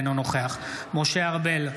אינו נוכח משה ארבל,